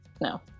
no